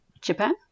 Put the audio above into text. Japan